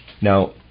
Now